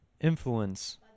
influence